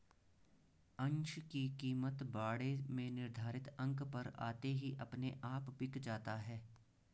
अंश की कीमत बाड़े में निर्धारित अंक पर आते ही अपने आप बिक जाता है